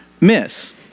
miss